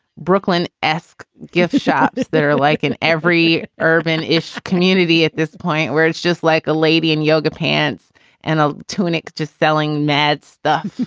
brooklyn esq gift shops, they're like in every urban ish community at this point where it's just like a lady in yoga pants and a tunic just selling mad stuff